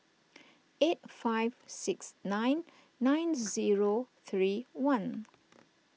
eight five six nine nine zero three one